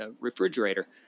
refrigerator